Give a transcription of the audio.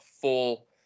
full